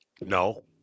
No